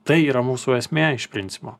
tai yra mūsų esmė iš principo